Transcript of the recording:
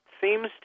seems